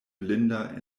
blinda